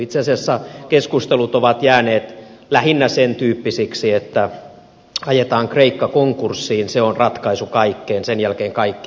itse asiassa keskustelut ovat jääneet lähinnä sen tyyppisiksi että ajetaan kreikka konkurssiin se on ratkaisu kaikkeen sen jälkeen kaikki on hyvin